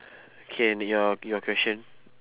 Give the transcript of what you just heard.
K and your your question